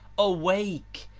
awake,